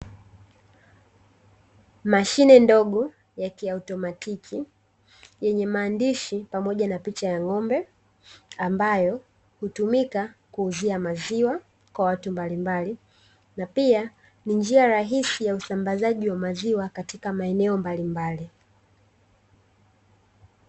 Mashine ndogo ya kiautomatiki yenye maandishi pamoja na picha ya ngombe, ambayo hutumika kuuzia maziwa kwa watu mbalimbali na pia ni njia rahisi ya usambazaji wa maziwa katika maeneo mbalimbali.